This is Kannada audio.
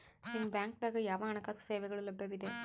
ನಿಮ ಬ್ಯಾಂಕ ದಾಗ ಯಾವ ಹಣಕಾಸು ಸೇವೆಗಳು ಲಭ್ಯವಿದೆ?